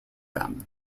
them